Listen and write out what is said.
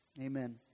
Amen